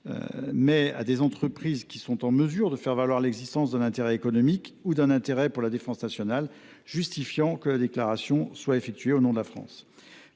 mais à des entreprises qui sont en mesure de faire valoir l’existence d’un intérêt économique ou d’un intérêt pour la défense nationale, justifiant que la déclaration soit effectuée au nom de la France.